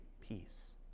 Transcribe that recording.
peace